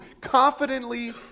confidently